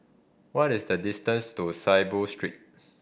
what is the distance to Saiboo Street